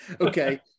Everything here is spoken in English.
Okay